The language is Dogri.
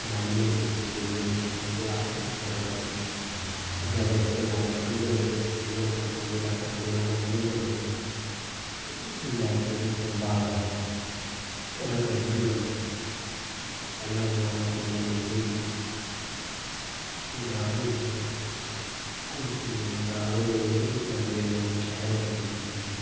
जनानियां दिखचै कुड़ियां दिखचै उ'नें ओह् करी ओड़े दा अज्ज कल अद्धे अद्धे कपड़े पाने शुरू करी ओड़े दे कुड़ियें पैंटा जीन्नां फट्टी दियां लाना शुरू करी ओड़ी दियां जागतें गी दिक्खे दा ते बाल खड़े रक्खना शुरू करी ओड़े दे पैह्लें दा जमाना किन्ना चेंज होई गेआ ग्रांऽ च दिक्खो लैओ ग्रांऽ दे लोग लग्गी पे बदलन शैह्रें दे लोकें गी दिक्खी दिक्खियै